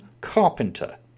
Carpenter